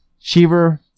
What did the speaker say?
Cheever